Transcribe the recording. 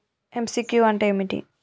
MCQ అంటే ఏమిటి?